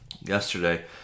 yesterday